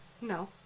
No